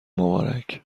مبارک